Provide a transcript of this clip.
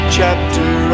chapter